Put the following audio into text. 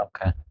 Okay